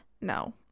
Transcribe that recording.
No